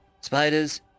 Spiders